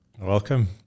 Welcome